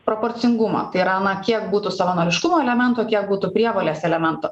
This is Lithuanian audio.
proporcingumo tai yra na kiek būtų savanoriškumo elemento kiek būtų prievolės elemento